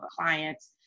clients